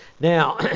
Now